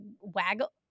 Waggle